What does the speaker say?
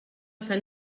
sant